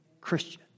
Christian